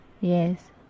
Yes